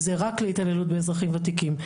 זה רק להתעללות באזרחים ותיקים.